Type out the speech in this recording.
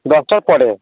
দশটার পরে